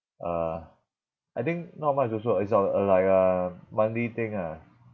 uh I think not much also it's a a like a monthly thing ah